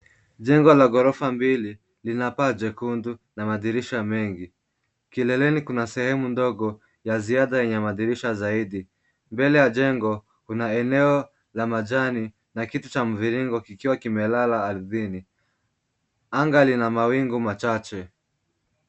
Jengo la ghorofa mbili lina paa jekundu na madirisha mengi. Kileleni kuna sehemu ndogo ya ziada yenye madirisha zaidi, mbele ya jengo kuna eneo la majani na kitu cha mviringo kikiwa kimelala ardhini. Anga lina mawingu machache.